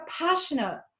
passionate